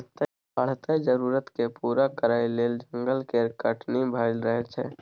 बढ़ैत जरुरत केँ पूरा करइ लेल जंगल केर कटनी भए रहल छै